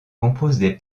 compose